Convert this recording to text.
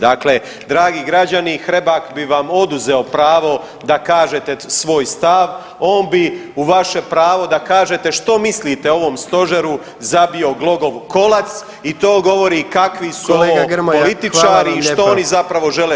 Dakle, dragi građani Hrebak bi vam oduzeo pravo da kažete svoj stav, on bi u vaše pravo da kažete što mislite o ovom stožeru zabio glogov kolac i to govori kakvi su ovi [[Upadica predsjednik: Kolega Grmoja, hvala vam lijepa.]] političari i što oni zapravo žele.